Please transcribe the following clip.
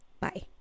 bye